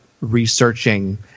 researching